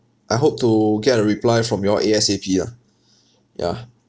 I hope to get a reply from you all A_S_A_P ah ya